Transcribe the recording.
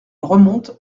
remonte